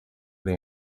ari